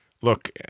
Look